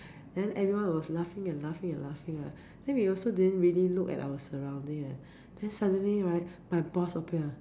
then everyone was laughing and laughing and laughing lah then we also didn't really look at our surroundings ah then suddenly right my boss appear